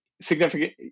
significant